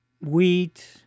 wheat